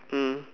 mm